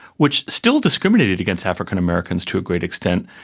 which still discriminated against african-americans to a great extent,